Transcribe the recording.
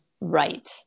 right